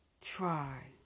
try